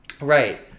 right